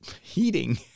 heating